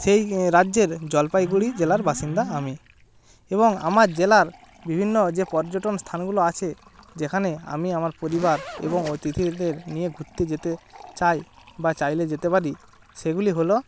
সেই রাজ্যের জলপাইগুড়ি জেলার বাসিন্দা আমি এবং আমার জেলার বিভিন্ন যে পর্যটন স্থানগুলো আছে যেখানে আমি আমার পরিবার এবং অতিথিদের নিয়ে ঘুরতে যেতে চাই বা চাইলে যেতে পারি সেগুলি হলো